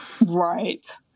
Right